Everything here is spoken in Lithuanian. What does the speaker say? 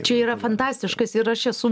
čia yra fantastiškas ir aš esu